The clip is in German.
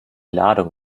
ladung